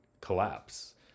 collapse